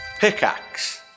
Pickaxe